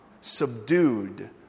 subdued